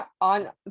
on